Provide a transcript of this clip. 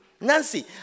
Nancy